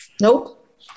Nope